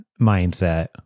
mindset